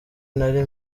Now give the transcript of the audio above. nari